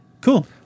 cool